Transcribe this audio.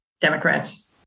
Democrats